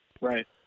Right